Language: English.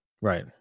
Right